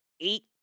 eight